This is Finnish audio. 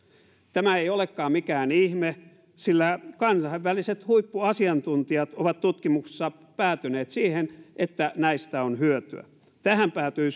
tämä ei olekaan mikään ihme sillä kansainväliset huippuasiantuntijat ovat tutkimuksissa päätyneet siihen että näistä on hyötyä tähän päätyi